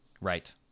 right